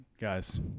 guys